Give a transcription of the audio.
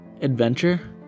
adventure